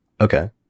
Okay